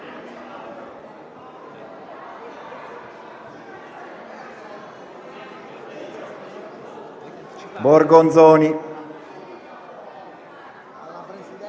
Borgonzoni.